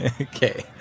Okay